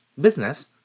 business